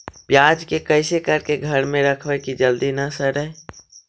प्याज के कैसे करके घर में रखबै कि जल्दी न सड़ै?